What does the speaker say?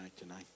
tonight